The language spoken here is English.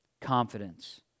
confidence